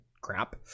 crap